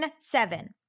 Seven